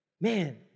Man